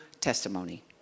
testimony